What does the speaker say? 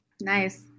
Nice